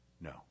No